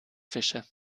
fische